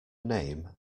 name